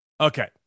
Okay